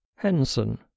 Henson